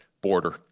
border